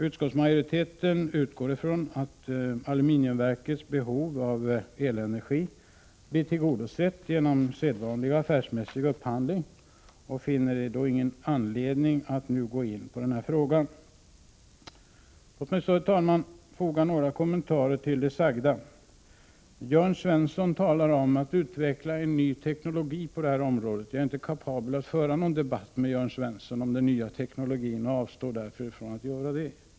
Utskottsmajoriteten utgår ifrån att aluminiumverkets behov av elenergi blir tillgodosett genom sedvanlig affärsmässig upphandling och finner ingen anledning att nu gå in på denna fråga. Låt mig, herr talman, foga några kommentarer till det som tidigare har sagts. Jörn Svensson talade om utvecklingen av en ny teknologi på detta område. Jag är inte kapabel att föra en debatt med honom om den nya teknologin och avstår därför från att göra det.